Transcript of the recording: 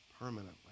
permanently